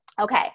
Okay